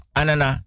anana